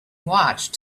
watched